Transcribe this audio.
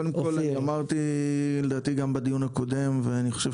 קודם כל אמרתי לדעתי גם בדיון הקודם ואני חושב